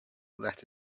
let